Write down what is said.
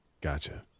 Gotcha